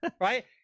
Right